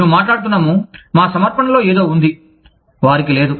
మేము మాట్లాడుతున్నాము మా సమర్పణలో ఏదో ఉంది వారికి లేదు